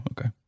okay